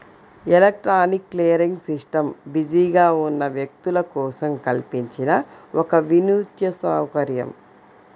electronic clearing system బిజీగా ఉన్న వ్యక్తుల కోసం కల్పించిన ఒక వినూత్న సౌకర్యం